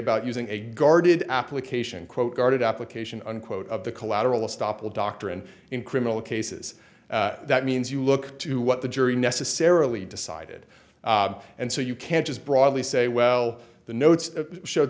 about using a guarded application guarded application unquote of the collateral estoppel doctrine in criminal cases that means you look to what the jury necessarily decided and so you can't just broadly say well the notes showed